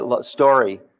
story